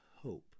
hope